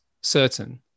certain